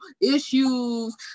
issues